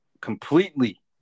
completely